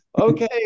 okay